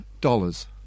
dollars